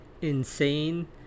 insane